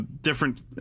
different